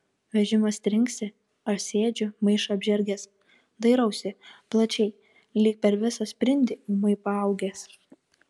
vežimas trinksi aš sėdžiu maišą apžergęs dairausi plačiai lyg per visą sprindį ūmai paaugęs